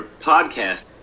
podcast